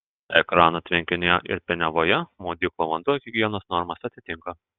ekrano tvenkinyje ir piniavoje maudyklų vanduo higienos normas atitinka